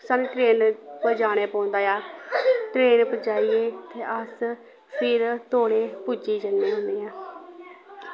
सानूं ट्रेन पर जाना पौंदा ऐ ट्रेन पर जाइयै ते अस फिर तोलै पुज्जी जन्ने होन्ने आं